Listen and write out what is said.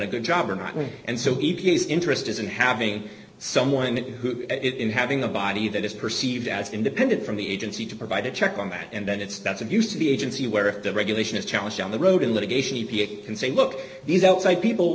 a good job or not and so e p a is interested in having someone who it having a body that is perceived as independent from the agency to provide a check on that and then it's that's abused to be agency where the regulation is challenged down the road in litigation it can say look these outside people